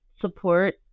support